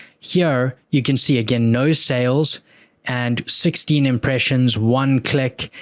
here, you can see again, no sales and sixteen impressions, one click.